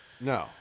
no